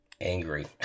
angry